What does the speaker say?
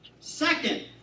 Second